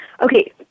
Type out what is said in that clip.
Okay